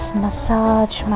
massage